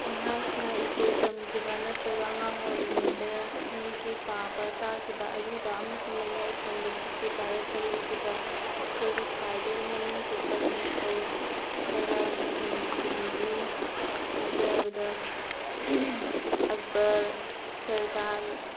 ꯑꯩꯍꯥꯛꯅ ꯁ꯭ꯀꯨꯜ ꯇꯝꯈꯤꯕ ꯅꯠꯇ꯭ꯔꯒ ꯑꯉꯥꯡ ꯑꯣꯏꯔꯤꯉꯩꯗꯒꯤ ꯄꯥꯕ ꯇꯥꯈꯤꯕ ꯑꯔꯤꯕ ꯑꯃꯁꯨꯡ ꯃꯌꯥꯏꯊꯪꯕ ꯖꯨꯛꯀꯤ ꯚꯥꯔꯠꯇ ꯂꯩꯈꯤꯕ ꯑꯩꯈꯣꯏꯒꯤ ꯈ꯭ꯋꯥꯏꯗꯒꯤ ꯃꯃꯤꯡ ꯆꯠꯄ ꯅꯤꯡꯊꯧ ꯈꯔꯒꯤ ꯃꯃꯤꯡ ꯍꯥꯏꯖꯔꯕꯗ ꯑꯛꯕꯔ ꯁꯦꯔꯈꯥꯟ